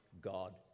God